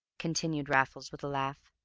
continued raffles, with a laugh.